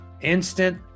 instant